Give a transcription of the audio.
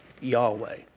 Yahweh